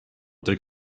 dig